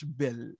bill